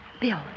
Bill